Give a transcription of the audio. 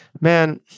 man